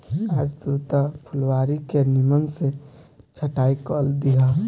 आज तू फुलवारी के निमन से छटाई कअ दिहअ